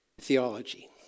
theology